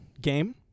game